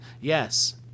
Yes